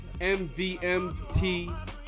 MVMT